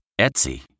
Etsy